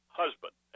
husband